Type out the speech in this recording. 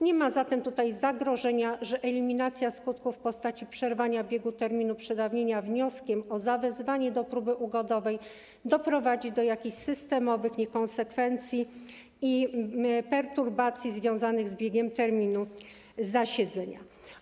Nie ma zatem tutaj zagrożenia, że eliminacja skutków w postaci przerwania biegu terminu przedawnienia wnioskiem o zawezwanie do próby ugodowej doprowadzi do jakichś systemowych niekonsekwencji i perturbacji związanych z biegiem terminu zasiedzenia.